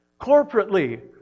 Corporately